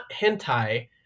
hentai